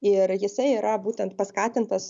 ir jisai yra būtent paskatintas